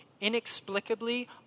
inexplicably